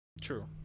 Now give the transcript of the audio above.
True